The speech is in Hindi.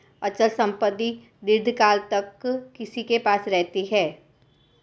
अचल संपत्ति दीर्घकाल तक किसी के पास रहती है